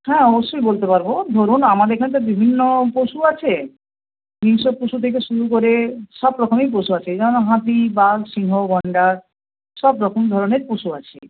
হ্যাঁ অবশ্যই বলতে পারবো ধরুন আমার এখানকার বিভিন্ন পশু আছে হিংস্র পশু থেকে শুরু করে সব রকমেরই পশু আছে এই যেমন হাতি বাঘ সিংহ গন্ডার সব রকম ধরনের পশু আছে